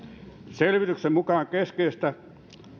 selvityksen mukaan keskeistä